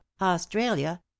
australia